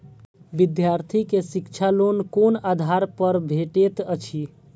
विधार्थी के शिक्षा लोन कोन आधार पर भेटेत अछि?